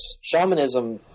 shamanism